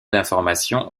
d’information